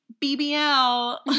BBL